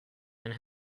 and